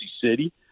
city